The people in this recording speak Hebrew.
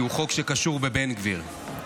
כי הוא חוק שקשור בבן גביר.